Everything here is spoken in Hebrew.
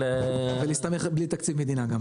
אבל --- ומסתמך בלי תקציב מדינה גם,